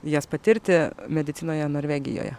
jas patirti medicinoje norvegijoje